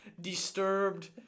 disturbed